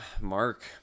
Mark